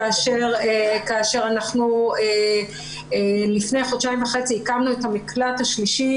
כאשר אנחנו לפני חודשיים וחצי הקמנו את המקלט השלישי